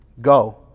go